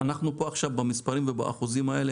אנחנו פה עכשיו במספרים ובאחוזים האלה